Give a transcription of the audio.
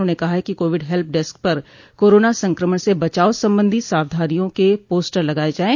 उन्होंने कहा कि कोविड हेल्प डेस्क पर कोरोना संक्रमण से बचाव संबंधी सावधानियां के पोस्टर लगाये जाये